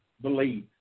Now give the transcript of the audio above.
believe